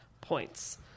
points